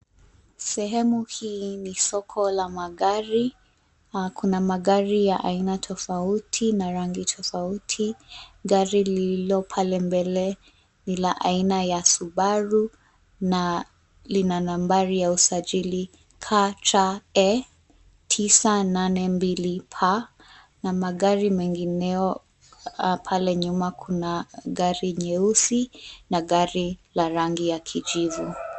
Sehemu hii ni soko la magari na kuna magari ya aina tofauti na rangi tofauti. Gari lililo pale mbele nila aina ya Subaru na lina nambari ya usajili KCE 982K na magari mengineo. Pale nyuma kuna gari nyeusi na gari la rangi ya kijivu.